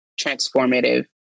transformative